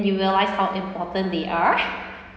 you realise how important they are